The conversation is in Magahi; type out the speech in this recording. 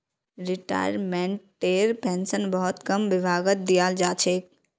रिटायर्मेन्टटेर पेन्शन बहुत कम विभागत दियाल जा छेक